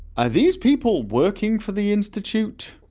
ah these people working for the institute?